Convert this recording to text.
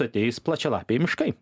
ateis plačialapiai miškai